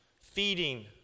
Feeding